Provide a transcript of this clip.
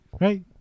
right